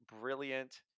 brilliant